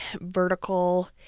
vertical